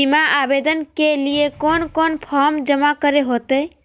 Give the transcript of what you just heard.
बीमा आवेदन के लिए कोन कोन फॉर्म जमा करें होते